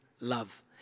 love